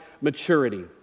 maturity